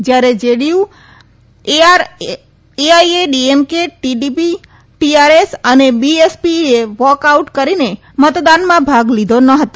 જ્યારે JDU AIADMK TDP TRS અને બીએસપીએ વોક આઉટ કરીને મતદાનમાં ભાગ લીધો નહોતો